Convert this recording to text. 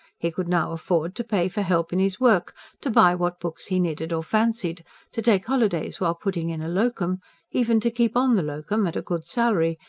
he could now afford to pay for help in his work to buy what books he needed or fancied to take holidays while putting in a locum even to keep on the locum, at a good salary,